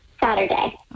Saturday